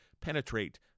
penetrate